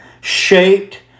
shaped